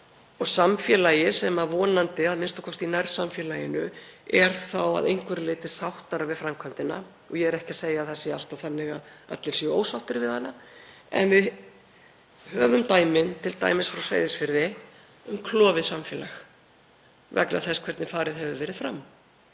og samfélagi sem vonandi, a.m.k. í nærsamfélaginu, er þá að einhverju leyti sáttara við framkvæmdina. Og ég er ekki að segja að það sé alltaf þannig að allir séu ósáttir við hana. En við höfum dæmin, t.d. frá Seyðisfirði, um klofið samfélag vegna þess hvernig farið hefur verið fram.